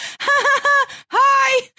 hi